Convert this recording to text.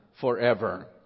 forever